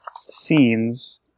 scenes